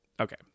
okay